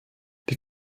die